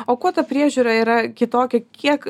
o kuo ta priežiūra yra kitokia kiek